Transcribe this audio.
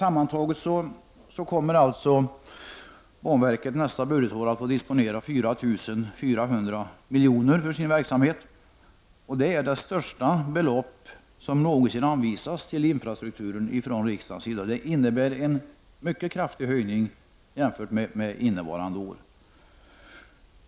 Banverket kommer under nästa budgetår att få disponera 4400 milj.kr. för sin verksamhet. Det är det största belopp som riksdagen någonsin har anvisat till infrastrukturen. Det innebär en mycket kraftig höjning jämfört med innevarande år.